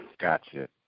Gotcha